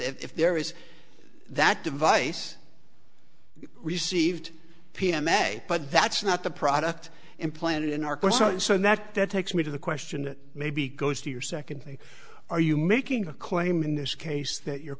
there is that device received p m s a but that's not the product implanted in arkansas so that that takes me to the question that maybe goes to your second thing are you making a claim in this case that your